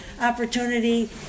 opportunity